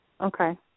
Okay